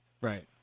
Right